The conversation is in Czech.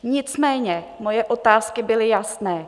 Nicméně moje otázky byly jasné.